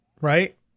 right